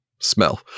Smell